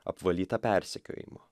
apvalyta persekiojimo